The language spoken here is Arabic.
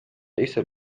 ليس